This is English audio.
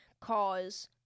cause